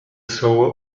soul